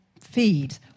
feed